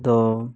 ᱫᱚ